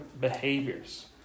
behaviors